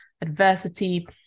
adversity